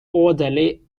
orderly